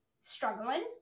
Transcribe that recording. struggling